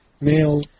Male